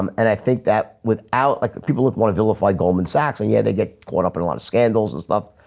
um and i think that without like people look want to vilify goldman sachs and yeah they get caught up in a lot of scandals and stuff.